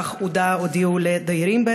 כך הודיעו לדיירים,